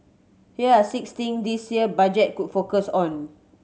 here are six thing this year budget could focus on